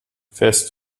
fährst